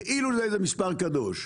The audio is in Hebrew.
כאילו זה איזה מספר קדוש.